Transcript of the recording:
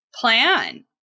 Plan